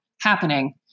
happening